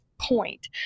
point